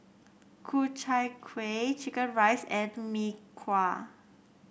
Ku Chai Kueh chicken rice and Mee Kuah